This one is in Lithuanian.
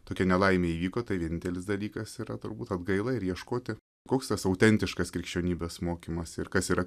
tokia nelaimė įvyko tai vienintelis dalykas yra turbūt atgaila ir ieškoti koks tas autentiškas krikščionybės mokymas ir kas yra